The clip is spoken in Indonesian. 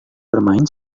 bermain